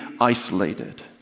isolated